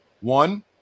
One